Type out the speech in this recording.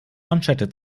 manschette